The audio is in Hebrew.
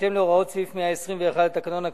בהתאם להוראות סעיף 121 לתקנון הכנסת,